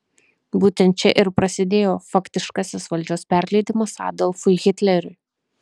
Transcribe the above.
būtent čia ir prasidėjo faktiškasis valdžios perleidimas adolfui hitleriui